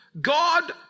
God